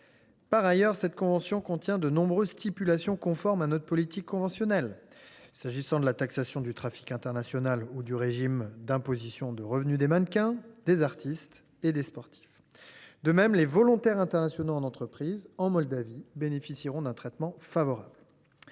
Par ailleurs, elle contient de nombreuses stipulations conformes à notre politique conventionnelle, s’agissant de la taxation du trafic international ou du régime d’imposition des revenus des mannequins, artistes et sportifs. De même, les volontaires internationaux en entreprise (VIE) en Moldavie bénéficieront d’un traitement favorable.